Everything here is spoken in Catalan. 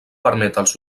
als